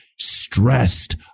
stressed